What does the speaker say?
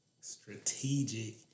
strategic